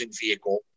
vehicle